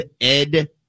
Ed